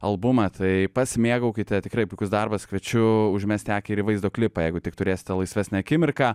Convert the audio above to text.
albumą tai pasimėgaukite tikrai puikus darbas kviečiu užmesti akį ir į vaizdo klipą jeigu tik turėsite laisvesnę akimirką